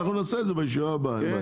נדבר על זה בישיבה הבאה.